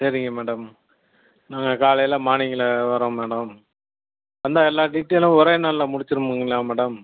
சரிங்க மேடம் நாங்கள் காலையில் மார்னிங்கில் வரோம் மேடம் வந்தால் எல்லா டீட்டைலும் ஒரே நாளில் முடிச்சுருவீங்களா மேடம்